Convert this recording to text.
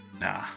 nah